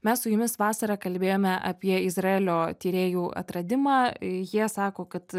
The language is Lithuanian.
mes su jumis vasarą kalbėjome apie izraelio tyrėjų atradimą jie sako kad